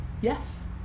yes